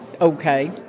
okay